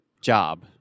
job